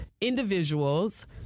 individuals